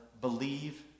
believe